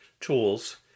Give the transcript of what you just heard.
tools